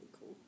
cool